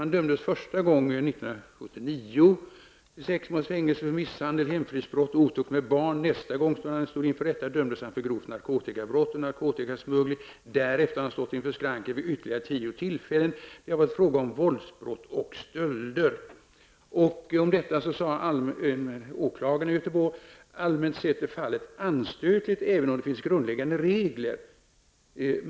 Han dömdes första gången 1979 till sex månaders fängelse för misshandel, hemfridsbrott och otukt med barn. Nästa gång han stod inför rätta dömdes han för grovt narkotikabrott och narkotikasmuggling. Därefter har han stått inför skranket vid ytterligare tio tillfällen. Det har varit fråga om våldsbrott och stölder. Om detta fall har den allmänne åklagaren i Göteborg sagt: Allmänt sett är fallet anstötligt, även om det finns grundläggande regler.